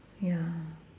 ya